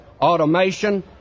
automation